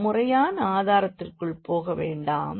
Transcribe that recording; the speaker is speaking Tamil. நாம் முறையான ஆதாரத்திற்குள் போக வேண்டாம்